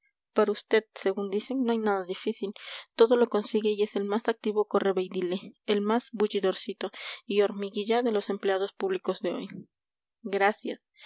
para vd según dicen no hay nada difícil todo lo consigue y es el más activo correveidile el más bullidorcito y hormiguilla de los empleados públicos de hoy gracias